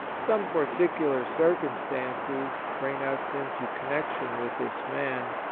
some par ticular circumstances bring us into connec tion with this man.